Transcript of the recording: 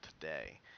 today